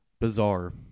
Bizarre